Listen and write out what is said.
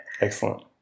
Excellent